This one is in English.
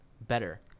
better